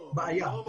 לא, הוא לא אמר.